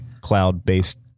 cloud-based